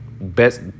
best